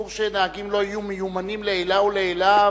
אסור שנהגים לא יהיו מיומנים לעילא ולעילא,